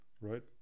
right